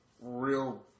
real